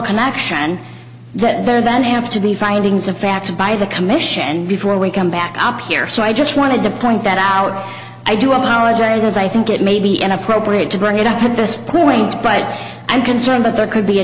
connection that there then have to be findings of fact by the commission before we come back up here so i just wanted to point that out i do apologize as i think it may be inappropriate to bring it up at this point but i'm concerned that there could be a